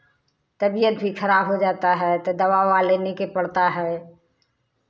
तबियत भी खराब हो जाता है तो दवा उवा लेने के पड़ता है